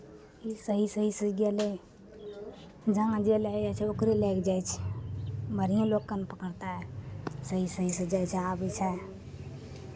सही सहीसँ गेलै जहाँ जे लए कऽ जाइ छै ओकरे लए कऽ जाइ छै बढ़िएँ लोककेँ ने पकड़तै सही सहीसँ जाइ छै आबै छै